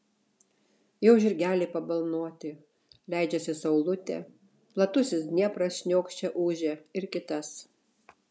jau žirgeliai pabalnoti leidžiasi saulutė platusis dniepras šniokščia ūžia ir kitas